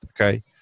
okay